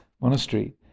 Monastery